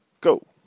go